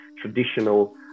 traditional